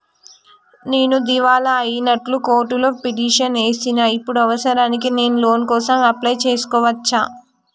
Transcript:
నేను దివాలా అయినట్లు కోర్టులో పిటిషన్ ఏశిన ఇప్పుడు అవసరానికి నేను లోన్ కోసం అప్లయ్ చేస్కోవచ్చా?